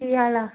ਕੀ ਹਾਲ ਆ